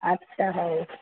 ଆଚ୍ଛା ହଉ